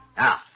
Now